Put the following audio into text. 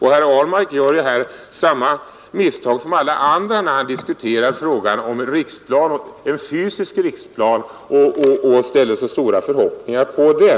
Herr Ahlmark gör här samma misstag som alla andra när han diskuterar frågan om en fysisk riksplan och ställer så stora förhoppningar på den.